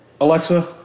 Alexa